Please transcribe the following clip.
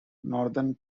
northern